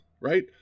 right